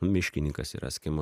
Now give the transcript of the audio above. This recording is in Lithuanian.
miškininkas yra skim